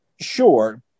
Sure